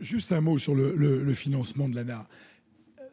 dire un mot sur le financement de l'ANAH.